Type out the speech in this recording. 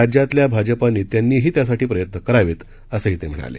राज्यातल्या भाजपा नेत्यांनीही त्यासाठी प्रयत्न करावेत असंही ते म्हणाले